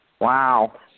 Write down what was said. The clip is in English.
Wow